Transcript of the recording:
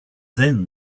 then